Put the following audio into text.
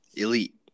Elite